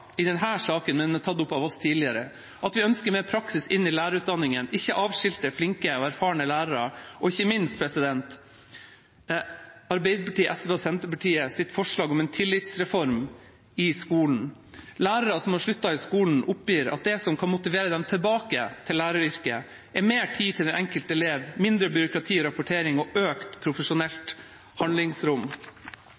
saken, men som er tatt opp av oss tidligere – at vi ønsker mer praksis i lærerutdanningen, ikke avskilte flinke og erfarne lærere og, ikke minst, Arbeiderpartiet, SV og Senterpartiets forslag om en tillitsreform i skolen. Lærere som har sluttet i skolen, oppgir at det som kan motivere dem tilbake til læreryrket, er mer tid til den enkelte elev, mindre byråkrati og rapportering og økt